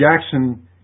Jackson